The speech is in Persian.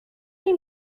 این